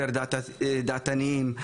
יותר דעתניים,